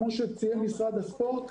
כמו שציין משרד הספורט,